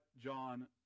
John